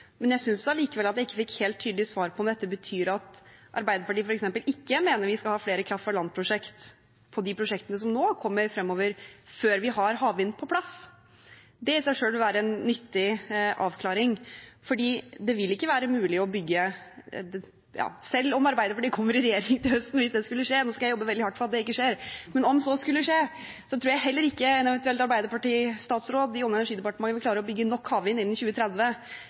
Men jeg synes allikevel at jeg ikke fikk helt tydelig svar på om dette betyr at Arbeiderpartiet f.eks. ikke mener vi skal ha flere kraft-fra-land-prosjekt på de prosjektene som nå kommer fremover, før vi har havvind på plass. Det i seg selv vil være en nyttig avklaring. For selv om Arbeiderpartiet kommer i regjering til høsten, hvis det skulle skje – jeg skal jobbe veldig hardt for at det ikke skjer, men om så skulle skje – tror jeg heller ikke en eventuell arbeiderpartistatsråd i Olje- og energidepartementet vil klare å bygge nok havvind innen 2030